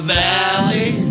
valley